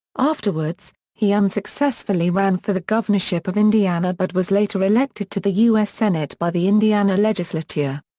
afterwards, he unsuccessfully ran for the governorship of indiana but was later elected to the u s. senate by the indiana legislature.